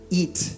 eat